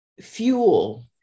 fuel